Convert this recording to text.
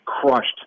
crushed